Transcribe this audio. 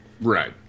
Right